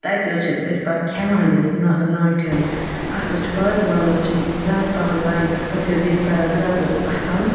تَتہِ تہِ حظ چھِ أسۍ أسۍ پَتہٕ کھٮ۪وان یہِ نا ناٹِہٮ۪ن اَتھ حظ چھُ وازووان حظ چھِ زیادٕ پَہَن لایِک أسۍ حظ ییٚتہِ کَران زیادٕ پَسنٛد